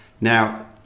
Now